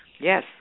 Yes